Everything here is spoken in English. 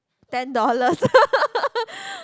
ten dollars